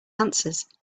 answers